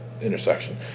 intersection